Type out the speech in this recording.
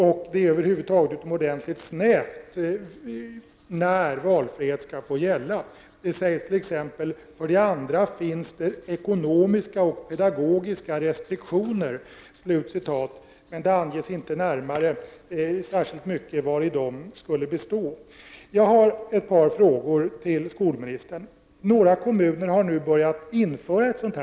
De fall där valfrihet skall få gälla snävas in kraftigt. Det sägs t.ex. luddigt: ”För det andra finns det ekonomiska och pedagogiska restriktioner.” Jag har ett par frågor till skolministern. Några kommuner har nu börjat införa valfrihet.